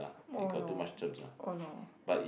oh no oh no